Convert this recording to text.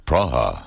Praha